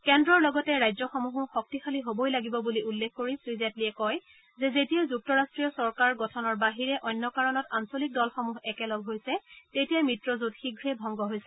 কেন্দ্ৰৰ লগতে ৰাজ্যসমূহো শক্তিশালী হ'বই লাগিব বুলি উল্লেখ কৰি শ্ৰীজেটলীয়ে কয় যে যেতিয়াই যুক্তৰাষ্ট্ৰীয় চৰকাৰ গঠনৰ বাহিৰে অন্য কাৰণত আঞ্চলিক দলসমূহ একেলগ হৈছে তেতিয়াই মিত্ৰজোঁট শীঘ্ৰে ভংগ হৈছে